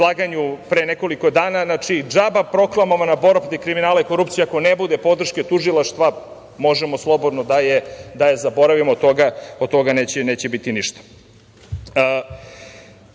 pre nekoliko dana, znači, džaba proklamovana borba protiv kriminala i korupcije, ako ne bude podrške tužilaštva, možemo slobodno da je zaboravimo, od toga neće biti ništa. Što